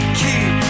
keep